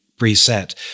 Reset